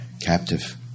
captive